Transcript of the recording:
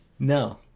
No